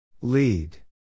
Lead